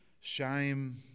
shame